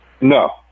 No